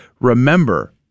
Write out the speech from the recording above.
remember